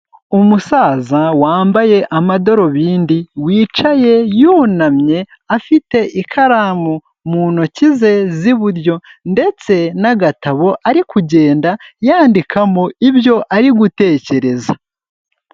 Umusaza wambaye amadarubindi, wicaye yunamye, afite ikaramu mu ntoki ze z'iburyo ndetse n'agatabo ari kugenda yandikamo ibyo ari gutekereza.